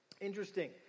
Interesting